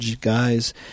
guys